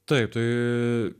taip tai